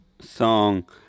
song